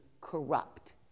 corrupt